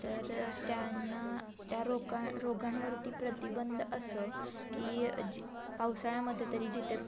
तर त्यांना त्या रोका रोगांवरती प्रतिबंध असं की जी पावसाळ्यामध्ये तरी जिथे